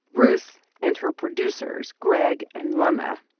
ruth and her producers, greg and lama,